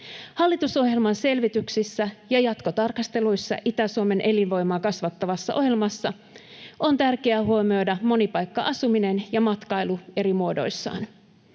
Hallitusohjelman selvityksissä ja jatkotarkasteluissa Itä-Suomen elinvoimaa kasvattavassa ohjelmassa on tärkeä huomioida monipaikka-asuminen ja matkailu eri muodoissaan.